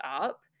up